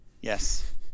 Yes